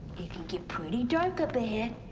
it can get pretty dark up ahead.